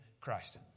Christ